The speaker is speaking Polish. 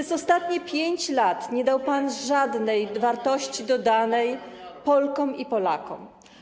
Przez ostatnie 5 lat nie dał pan żadnej wartości dodanej Polkom i Polakom.